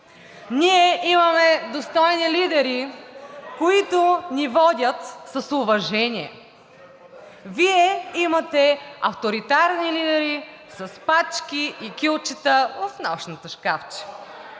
ние имаме достойни лидери, които ни водят с уважение, Вие имате авторитарни лидери с пачки и кюлчета в нощното шкафче!